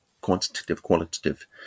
quantitative-qualitative